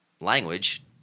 language